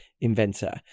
inventor